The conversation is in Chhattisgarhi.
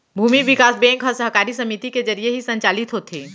भूमि बिकास बेंक ह सहकारी समिति के जरिये ही संचालित होथे